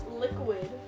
liquid